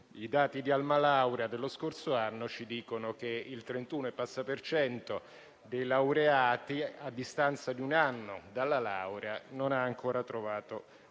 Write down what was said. I dati di Almalaurea dello scorso anno ci dicono che oltre il 31 per cento dei laureati, a distanza di un anno dalla laurea, non ha ancora trovato